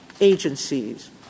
agencies